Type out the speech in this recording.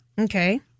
Okay